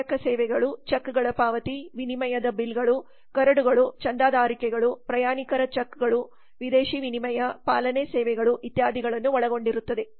ಸಹಾಯಕ ಸೇವೆಗಳು ಚೆಕ್ಗಳ ಪಾವತಿ ವಿನಿಮಯದ ಬಿಲ್ಗಳು ಕರಡುಗಳು ಚಂದಾದಾರಿಕೆಗಳು ಪ್ರಯಾಣಿಕರ ಚೆಕ್ಗಳು ವಿದೇಶಿ ವಿನಿಮಯ ಪಾಲನೆ ಸೇವೆಗಳು ಇತ್ಯಾದಿಗಳನ್ನು ಒಳಗೊಂಡಿರುತ್ತದೆ